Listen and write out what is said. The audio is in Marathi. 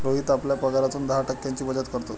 रोहित आपल्या पगारातून दहा टक्क्यांची बचत करतो